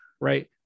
Right